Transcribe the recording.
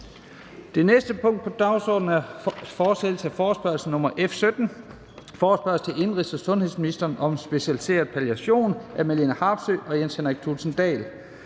Det næste punkt på dagsordenen er: 4) Fortsættelse af forespørgsel nr. F 17 [afstemning]: Forespørgsel til indenrigs- og sundhedsministeren om specialiseret palliation. Af Marlene Harpsøe (DD) og Jens Henrik Thulesen